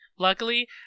Luckily